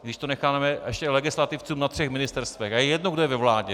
Když to necháme ještě legislativcům na třech ministerstvech, tak je to hned ve vládě.